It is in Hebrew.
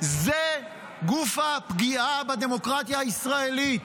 זה גוף הפגיעה בדמוקרטיה הישראלית.